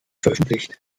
veröffentlicht